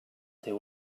teu